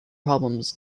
problems